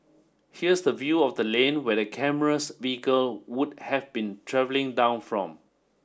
here's the view of the lane where the camera's vehicle would have been travelling down from